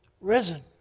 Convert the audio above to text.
risen